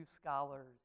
scholars